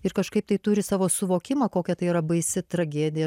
ir kažkaip tai turi savo suvokimą kokia tai yra baisi tragedija